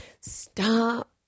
stop